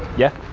yeah.